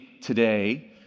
today